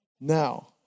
Now